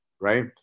right